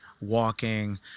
walking